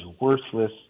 worthless